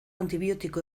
antibiotiko